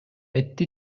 этти